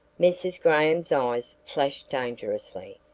mrs. graham's eyes flashed dangerously.